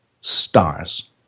stars